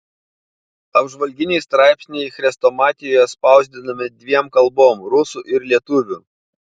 apžvalginiai straipsniai chrestomatijoje spausdinami dviem kalbom rusų ir lietuvių